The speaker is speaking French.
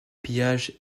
pillages